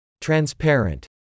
Transparent